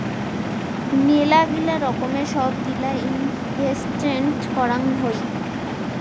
মেলাগিলা রকমের সব গিলা ইনভেস্টেন্ট করাং হই